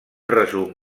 resum